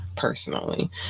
personally